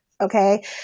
okay